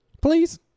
please